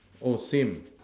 oh same